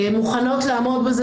מוכנות לעמוד בזה,